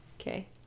Okay